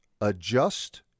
adjust